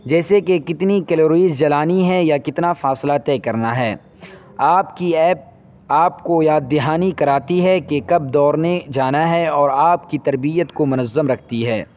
جیسے کہ کتنی کیلوریز جلانی ہیں یا کتنا فاصلہ طے کرنا ہے آپ کی ایپ آپ کو یاد دہانی کراتی ہے کہ کب دوڑنے جانا ہے اور آپ کی تربیت کو منظم رکھتی ہے